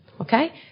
Okay